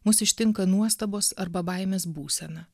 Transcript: mus ištinka nuostabos arba baimės būsena